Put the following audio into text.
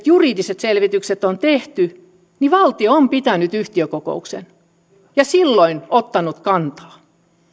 juridiset lisäselvitykset on tehty valtio on pitänyt yhtiökokouksen ja silloin ottanut kantaa